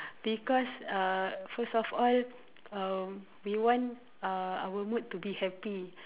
because uh first of all um we want um our mood to be happy